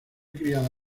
criada